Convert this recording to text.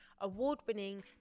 award-winning